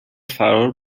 فرار